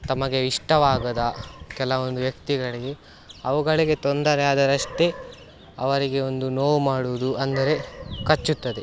ತಮಗೆ ಇಷ್ಟವಾಗದ ಕೆಲವೊಂದು ವ್ಯಕ್ತಿಗಳಿಗೆ ಅವುಗಳಿಗೆ ತೊಂದರೆಯಾದರಷ್ಟೇ ಅವರಿಗೆ ಒಂದು ನೋವು ಮಾಡುವುದು ಅಂದರೆ ಕಚ್ಚುತ್ತದೆ